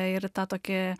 ir tą tokį